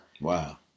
Wow